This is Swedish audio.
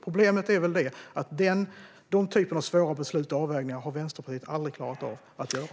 Problemet är väl att den typen av svåra beslut och avvägningar har Vänsterpartiet aldrig klarat av att göra.